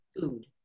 food